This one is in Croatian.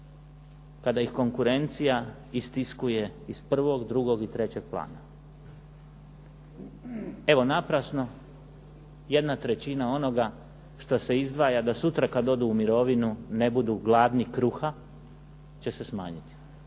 kada ih konkurencija istiskuje iz prvog, drugog i trećeg plana. Evo naprasno, jedna trećina onoga što se izdvaja da sutra kad odu u mirovinu ne budu gladni kruha će se smanjiti.